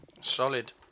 Solid